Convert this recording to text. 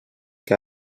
que